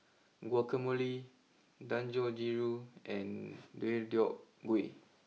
Guacamole Dangojiru and Deodeok Gui